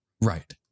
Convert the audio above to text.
Right